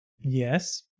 Yes